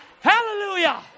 Hallelujah